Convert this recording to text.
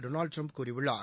Donald Trump கூறியுள்ளார்